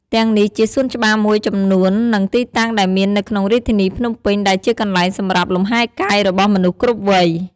ទាំងនេះជាសួនច្បារមួយចំនួននិងទីតាំងដែលមាននៅក្នុងរាជធានីភ្នំពេញដែលជាកន្លែងសម្រាប់លំហែរកាយរបស់មនុស្សគ្រប់វ័យ។